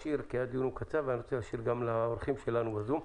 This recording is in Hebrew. הדיון הוא קצר ואני רוצה להקשיב גם לאורחים שלנו בזום.